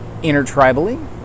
intertribally